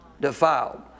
defiled